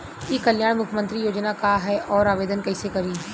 ई कल्याण मुख्यमंत्री योजना का है और आवेदन कईसे करी?